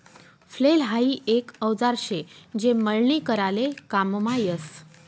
flail हाई एक औजार शे जे मळणी कराले काममा यस